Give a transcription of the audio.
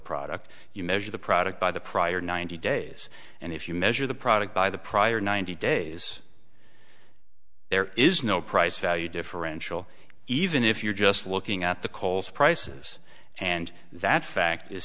product you measure the product by the prior ninety days and if you measure the product by the prior ninety days there is no price value differential even if you're just looking at the coles prices and that fact is